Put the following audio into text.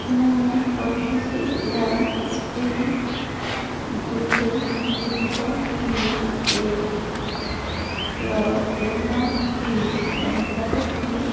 ମୁଁ ପଚିଶ ଗ୍ରା ସ୍ପ୍ରିଙ୍ଗ୍ ଗୋଟେ ମୁକ୍ତ ଟି କେକ୍ର ଏମ୍ ଆର୍ ପି ଜାଣିପାରେ କି